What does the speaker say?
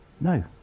No